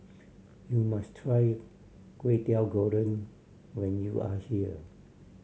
you must try Kway Teow Goreng when you are here